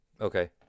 Okay